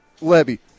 Levy